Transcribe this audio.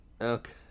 Okay